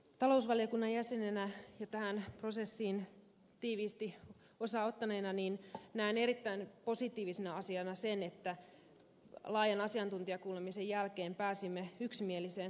talousvaliokunnan jäsenenä ja tähän prosessiin tiiviisti osaa ottaneena näen erittäin positiivisena asiana sen että laajan asiantuntijakuulemisen jälkeen pääsimme yksimieliseen lausuntoon